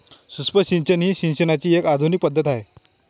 सूक्ष्म सिंचन ही सिंचनाची एक आधुनिक पद्धत आहे